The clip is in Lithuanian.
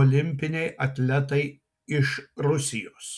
olimpiniai atletai iš rusijos